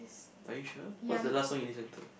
are you sure what's the last song you listen to